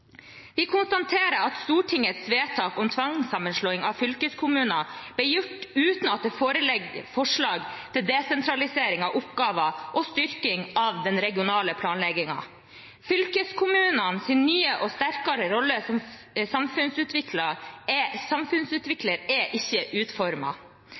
Vi konstaterer at Stortingets vedtak om tvangssammenslåing av fylkeskommuner ble gjort uten at det forelå forslag til desentralisering av oppgaver og styrking av den regionale planleggingen. Fylkeskommunenes nye og sterkere rolle som samfunnsutvikler er